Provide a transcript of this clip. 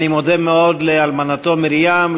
אני מודה מאוד לאלמנתו מרים,